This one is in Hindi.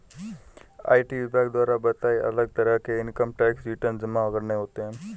आई.टी विभाग द्वारा बताए, अलग तरह के इन्कम टैक्स रिटर्न जमा करने होते है